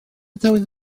tywydd